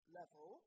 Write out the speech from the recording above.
level